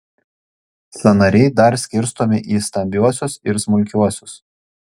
sąnariai dar skirstomi į stambiuosius ir smulkiuosius